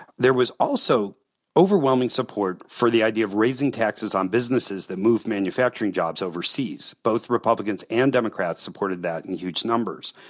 there was also overwhelming support for the idea of raising taxes on businesses that move manufacturing jobs overseas. both republicans and democrats supported that in huge numbers.